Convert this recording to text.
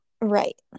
Right